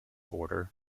order